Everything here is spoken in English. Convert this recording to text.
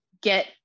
get